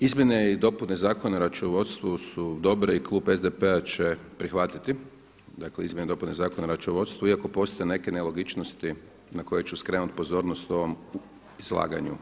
Izmjene i dopune Zakona o računovodstvu su dobre i klub SDP-a će prihvatiti dakle izmjene i dopune Zakona o računovodstvu, iako ne postoje neke nelogičnosti na koje ću skrenuti pozornost u ovom izlaganju.